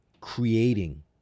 creating